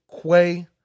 Quay